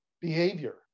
behavior